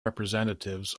representatives